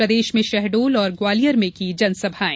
प्रदेश में शहडोल और ग्वालियर में की जनसभाएं